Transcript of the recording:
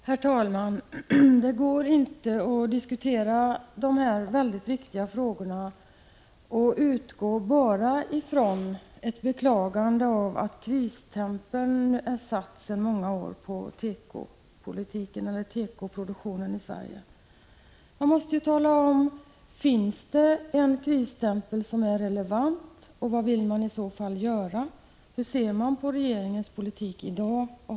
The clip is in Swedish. Herr talman! Det går inte att diskutera de här mycket viktiga frågorna enbart genom att med beklagande utgå från att krisstämpeln sedan många år har satts på tekoproduktionen i Sverige. Man måste också fråga sig: Finns det en relevant krisstämpel? Vad vill vi i så fall göra? Hur ser vi på regeringens politik i dag?